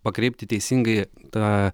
pakreipti teisingai tą